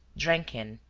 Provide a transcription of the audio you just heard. drank in.